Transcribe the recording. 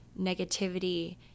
negativity